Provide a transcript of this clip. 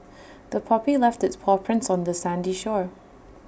the puppy left its paw prints on the sandy shore